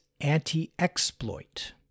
Anti-Exploit